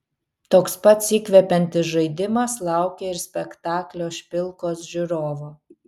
toks pats įkvepiantis žaidimas laukia ir spektaklio špilkos žiūrovo